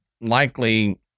likely